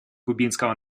кубинского